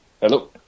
Hello